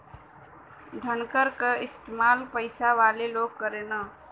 धनकर क इस्तेमाल पइसा वाले लोग करेलन